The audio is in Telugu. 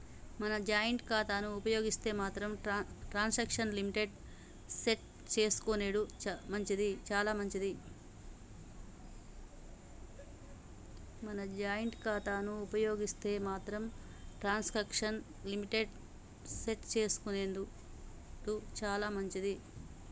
మనం జాయింట్ ఖాతాను ఉపయోగిస్తే మాత్రం ట్రాన్సాక్షన్ లిమిట్ ని సెట్ చేసుకునెడు చాలా మంచిది